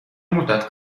مدت